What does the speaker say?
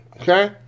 Okay